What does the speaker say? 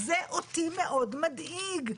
אותי זה מאוד מדאיג.